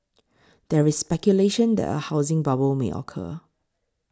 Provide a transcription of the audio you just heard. there is speculation that a housing bubble may occur